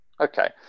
Okay